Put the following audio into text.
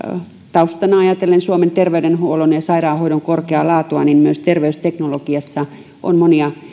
taustana suomen terveydenhuollon ja sairaanhoidon korkeaa laatua myös terveysteknologiassa on monia